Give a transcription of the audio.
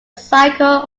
cycle